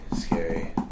scary